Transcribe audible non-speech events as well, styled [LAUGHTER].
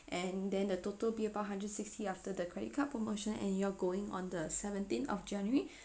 and then the total bill one hundred sixty after the credit card promotions and you're going on the seventeen of january [BREATH]